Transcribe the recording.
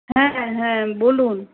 হ্যাঁ হ্যাঁ বলুন